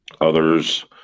Others